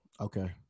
Okay